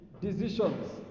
Decisions